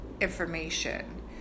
information